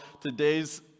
today's